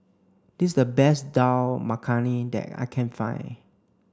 this is the best Dal Makhani that I can find